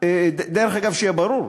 דרך אגב, שיהיה ברור,